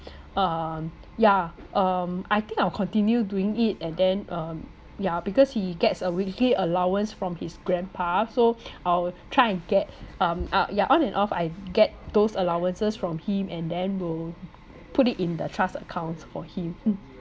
um yeah um I think I will continue doing it and then um yeah because he gets a weekly allowance from his grandpa so I'll try and get um ah ya on and off I get those allowances from him and then will put it in the trust account for him